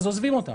אז עוזבים אותם,